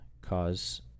cause